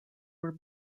were